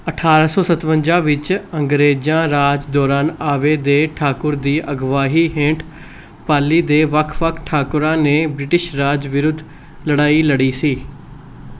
ਅਠਾਰ੍ਹਾਂ ਸੌ ਸਤਵੰਜਾ ਵਿੱਚ ਅੰਗਰੇਜ਼ਾਂ ਰਾਜ ਦੌਰਾਨ ਆਵੇ ਦੇ ਠਾਕੁਰ ਦੀ ਅਗਵਾਈ ਹੇਂਠ ਪਾਲੀ ਦੇ ਵੱਖ ਵੱਖ ਠਾਕੁਰਾਂ ਨੇ ਬ੍ਰਿਟਿਸ਼ ਰਾਜ ਵਿਰੁੱਧ ਲੜਾਈ ਲੜੀ ਸੀ